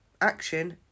action